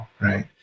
Right